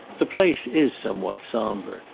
the place is somewhat sombre,